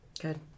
Good